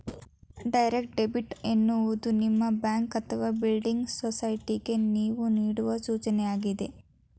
direct debit ಎನ್ನುವುದು ನಿಮ್ಮ bank ಅಥವಾ ಬಿಲ್ಡಿಂಗ್ ಸೊಸೈಟಿಗೆ ನೇವು ನೇಡುವ ಸೂಚನೆಯಾಗಿದೆ